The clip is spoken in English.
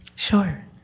Sure